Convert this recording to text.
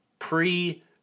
Pre